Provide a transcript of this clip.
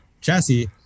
chassis